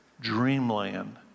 dreamland